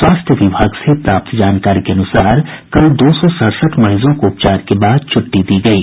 स्वास्थ्य विभाग से प्राप्त जानकारी के अनुसार कल दौ सौ सड़सठ मरीजों को उपचार के बाद छुट्टी दी गयी